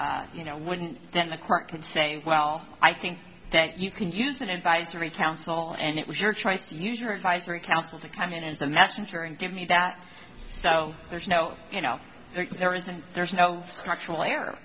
you know when then the court can say well i think that you can use an advisory council and it was your choice to use your advisory council to come in as a messenger and give me that so there's no you know there is and there's no structural error